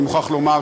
אני מוכרח לומר,